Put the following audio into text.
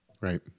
Right